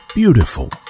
beautiful